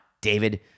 David